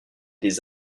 des